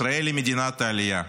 ישראל היא מדינת עלייה,